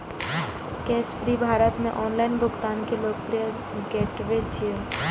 Cashfree Bharat मे online भुगतान के लोकप्रिय गेटवे छियै